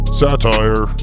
satire